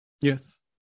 Yes